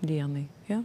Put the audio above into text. dienai jo